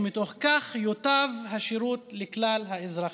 ומתוך כך יוטב השירות לכלל האזרחים.